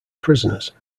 prisoners